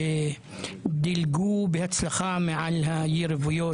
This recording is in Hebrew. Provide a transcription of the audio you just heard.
דילגו בהצלחה מעל היריבויות.